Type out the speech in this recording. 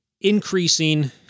increasing